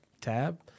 tab